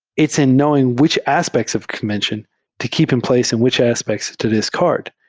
it's in knowing which aspects of convention to keep in place in which aspects to discard,